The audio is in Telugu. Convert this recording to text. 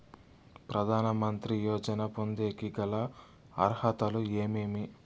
ప్రధాన మంత్రి యోజన పొందేకి గల అర్హతలు ఏమేమి?